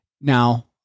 Now